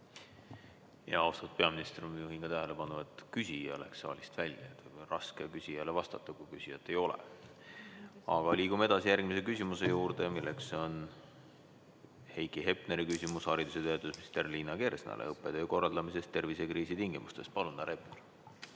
Austatud peaminister! Ma juhin tähelepanu, et küsija läks saalist välja. On raske küsijale vastata, kui küsijat ei ole. Aga liigume edasi järgmise küsimuse juurde, milleks on Heiki Hepneri küsimus haridus- ja teadusminister Liina Kersnale õppetöö korraldamisest tervisekriisi tingimustes. Suur tänu,